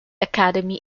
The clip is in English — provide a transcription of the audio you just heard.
academy